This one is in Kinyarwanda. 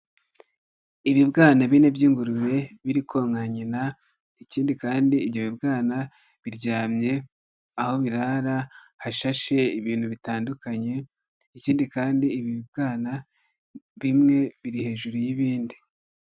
Ibibwana bine by'ingurube biri koka nyina, ikindi kandi ibyo bibwana biryamye aho birara hashashe ibintu bitandukanye, ikindi kandi ibi bibwana bimwe biri hejuru y'ibindi.